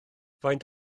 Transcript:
faint